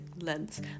lens